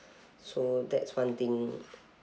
so that's one thing